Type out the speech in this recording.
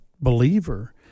believer